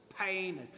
pain